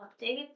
update